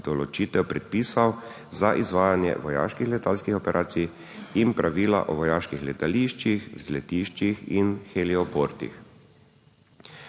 določitev predpisov za izvajanje vojaških letalskih operacij in pravila o vojaških letališčih, vzletiščih in helioportih.